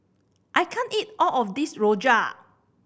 I can't eat all of this rojak